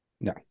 No